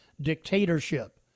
dictatorship